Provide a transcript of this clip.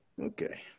okay